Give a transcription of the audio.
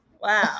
Wow